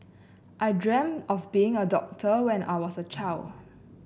I dreamt of being a doctor when I was a child